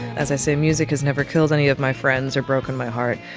as i say, music has never killed any of my friends or broken my heart.